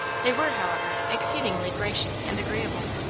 they were, however, exceedingly gracious and agreeable.